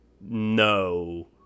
no